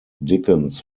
dickens